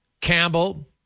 Campbell